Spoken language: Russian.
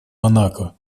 монако